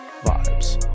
Vibes